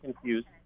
confused